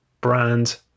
brand